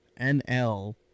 NL